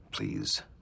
Please